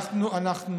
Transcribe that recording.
רציתי להגיד עוד משהו.